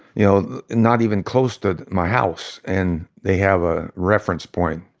you know not even close to my house, and they have a reference point.